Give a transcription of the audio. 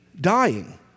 dying